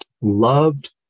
loved